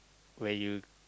when you